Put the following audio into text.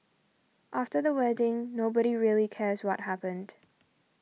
after the wedding nobody really cares what happened